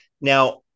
Now